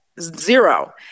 zero